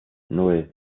nan